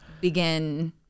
begin